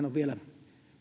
on vielä